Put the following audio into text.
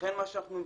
ולכן אנחנו מבקשים,